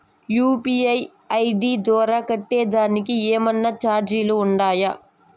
UPI ID ద్వారా కట్టేదానికి ఏమన్నా చార్జీలు ఉండాయా?